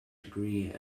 degree